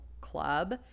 club